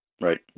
Right